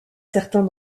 certains